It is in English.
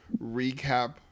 recap